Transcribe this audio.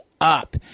up